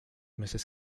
meses